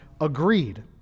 agreed